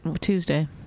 Tuesday